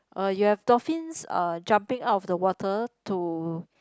uh you have dolphins uh jumping out of the water to